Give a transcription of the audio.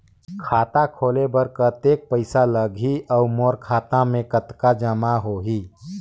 खाता खोले बर कतेक पइसा लगही? अउ मोर खाता मे कतका जमा होही?